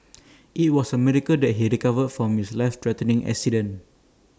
IT was A miracle that he recovered from his life threatening accident